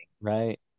right